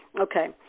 Okay